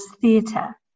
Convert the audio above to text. theatre